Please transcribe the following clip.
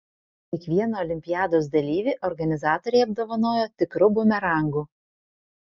kiekvieną olimpiados dalyvį organizatoriai apdovanojo tikru bumerangu